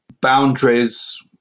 boundaries